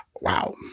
Wow